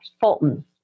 Fulton